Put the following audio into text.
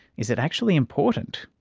is it actually important?